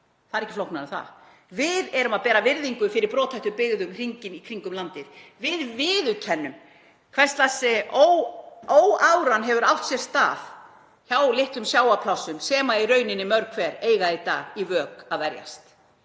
Það er ekki flóknara en það. Við verðum að bera virðingu fyrir hinum brothættu byggðum hringinn í kringum landið. Við viðurkennum hvers lags óáran hefur átt sér stað hjá litlum sjávarplássum sem í rauninni eiga mörg hver í dag í vök að verjast,